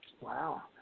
Wow